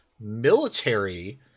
military